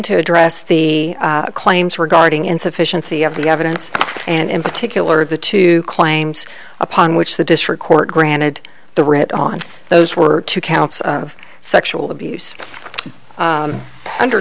to address the claims regarding insufficiency of the evidence and in particular the two claims upon which the district court granted the writ on those were two counts of sexual abuse under